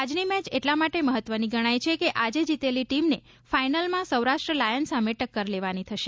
આજની મેચ એટલા માટે મહત્વની ગણાય છે કૈ આજે જીતેલી ટીમને ફાઈનલમાં સૌરાષ્ટ્ર લાયન સામે ટક્કર લેવાની થશે